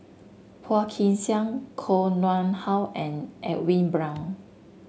Phua Kin Siang Koh Nguang How and Edwin Brown